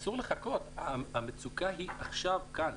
אסור לחכות, המצוקה היא כאן ועכשיו.